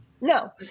No